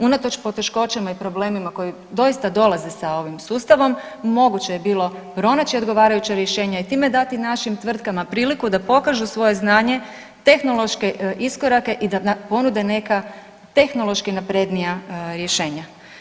Unatoč poteškoćama i problemima koji doista dolaze sa ovim sustavom moguće je bilo pronaći odgovarajuća rješenja i time dati našim tvrtkama priliku da pokaže svoje znanje, tehnološke iskorake i da nam ponude neka tehnološki naprednija rješenja.